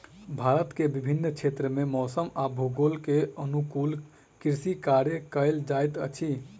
भारत के विभिन्न क्षेत्र में मौसम आ भूगोल के अनुकूल कृषि कार्य कयल जाइत अछि